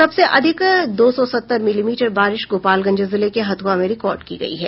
सबसे अधिक दौ सौ सत्तर मिलीमीटर बारिश गोपालगंज जिले के हथुआ में रिकार्ड की गयी है